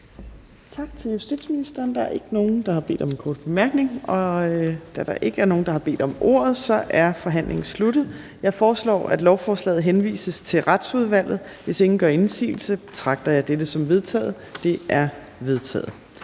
Tak til justitsministeren. Der er ikke nogen, der har bedt om en kort bemærkning. Da der ikke er nogen, der har bedt om ordet, er forhandlingen sluttet. Jeg foreslår, at lovforslaget henvises til Retsudvalget. Hvis ingen gør indsigelse, betragter jeg dette som vedtaget. Det er vedtaget.